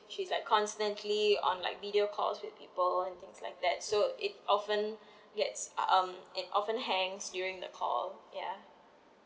she's like constantly on like video calls with people and things like that so it often yes um it often hangs during the call ya